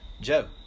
Joe